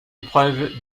épreuve